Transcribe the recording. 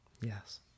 Yes